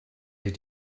did